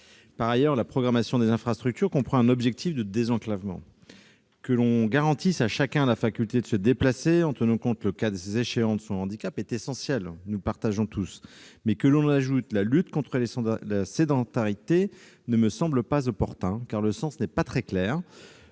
Par ailleurs, la programmation des infrastructures comprend un objectif de désenclavement. Que l'on garantisse à chacun la faculté de se déplacer, en tenant compte, le cas échéant, de son handicap, est un objectif essentiel, que nous partageons tous. Ajouter la « lutte contre la sédentarité » ne me semble pas opportun, car le sens n'est pas très clair